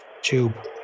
tube